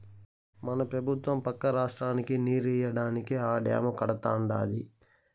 మన పెబుత్వం పక్క రాష్ట్రానికి నీరియ్యడానికే ఆ డాము కడతానంటాంది